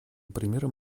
примером